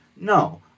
no